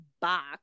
box